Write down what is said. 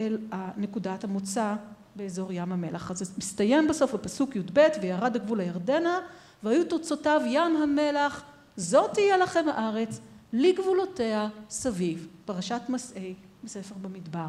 אל נקודת המוצא באזור ים המלח. אז מסתיים בסוף הפסוק יב', וירד הגבול הירדנה, והיו תוצאותיו ים המלח, זאת תהיה לכם הארץ, לגבולותיה סביב. פרשת מסעי, בספר במדבר.